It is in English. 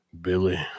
Billy